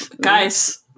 guys